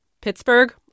Pittsburgh